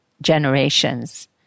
generations